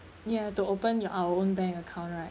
ya to open our own bank account right